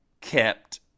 kept